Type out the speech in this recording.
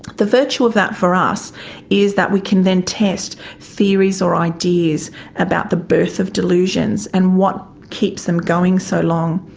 the virtue of that for us is that we can then test theories or ideas about the birth of delusions and what keeps them going so long.